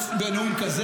אם הם צועקים בנאום כזה,